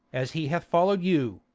as he hath follow'd you,